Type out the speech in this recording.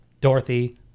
dorothy